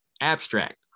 abstract